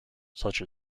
such